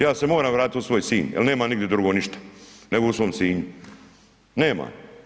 Ja se moram vratiti u svoj Sinj jel nema nigdi drugo ništa nego u svom Sinju, nema.